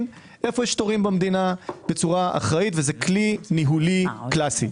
היכן יש תורים במדינה בצורה אחראית וזה כלי ניהולי קלאסי.